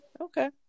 Okay